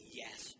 yes